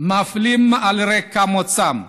מפלים על רקע מוצאם: